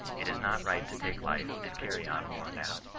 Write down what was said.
it is not right to take life and cany on war now.